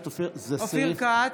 סטרוק.